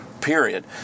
period